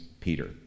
Peter